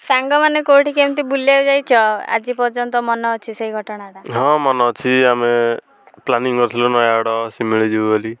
ସାଙ୍ଗମାନେ କେଉଁଠି କେମିତି ବୁଲିବାକୁ ଯାଇଛ ଆଜି ପର୍ଯ୍ୟନ୍ତ ମାନେ ଅଛି ସେଇ ଘଟଣାଟା ହଁ ମନେ ଅଛି ଆମେ ପ୍ଲାନିଂ କରିଥିଲୁ ନୟାଗଡ଼ ସିମିଳି ଯିବୁ ବୋଲି